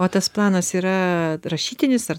o tas planas yra rašytinis ar